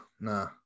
nah